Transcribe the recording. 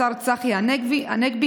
השר צחי הנגבי,